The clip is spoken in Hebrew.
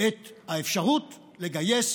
את האפשרות לגייס